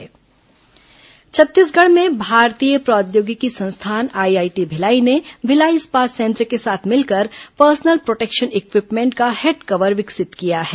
corona IIT PPE Chhattisgarh में भारतीय प्रौद्योगिकी संस्थान आईआईटी भिलाई ने भिलाई इस्पात संयंत्र के साथ मिलकर पर्सनल प्रोटेक्शन इक्विपमेंट का हैड कवर विकसित किया है